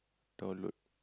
download